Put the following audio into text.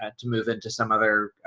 ah to move into some other,